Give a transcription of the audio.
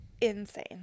insane